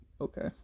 okay